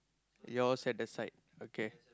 yours at the side okay